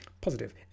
positive